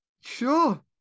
Sure